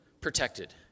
protected